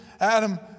Adam